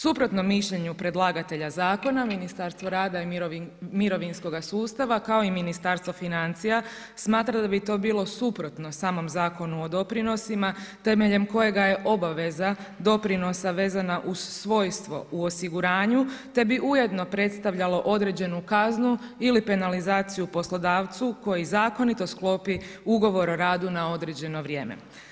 Suprotno mišljenju predlagatelja zakona, Ministarstvo rada i mirovinskoga sustava, kao i Ministarstvo financija, smatra da bi to bilo suprotno samom Zakonu o doprinosima temeljem kojega je obaveza doprinosa vezana uz svojstvo u osiguranju te bi ujedno predstavljalo određenu kaznu ili penalizaciju poslodavcu koji zakonito sklopi ugovor o radu na određeno vrijeme.